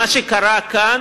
מה שקרה כאן